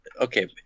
Okay